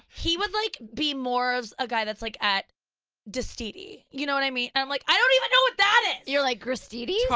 he would like be more of a guy that's like at destidi. you know what and i mean? and i'm like, i don't even know what that is. you're like, gristedes?